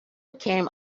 came